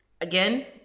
again